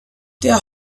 der